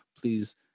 please